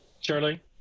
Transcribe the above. Shirley